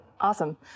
Awesome